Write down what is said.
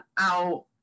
out